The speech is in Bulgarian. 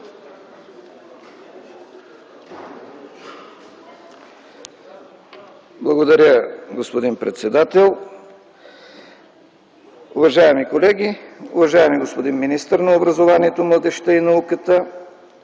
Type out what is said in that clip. Благодаря, господин председател. Уважаеми колеги! Уважаеми господин министър на образованието, младежта и науката,